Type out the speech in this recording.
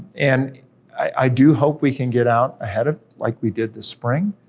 and i do hope we can get out ahead, ah like we did this spring,